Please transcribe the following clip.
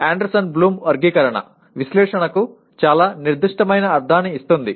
అయితే Anderson Bloom వర్గీకరణ విశ్లేషణకు చాలా నిర్దిష్టమైన అర్థాన్ని ఇస్తుంది